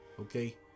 Okay